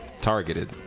targeted